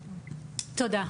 תודה.